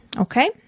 Okay